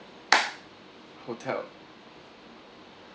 hotel